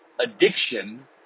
addiction